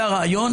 זה הרעיון,